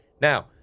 Now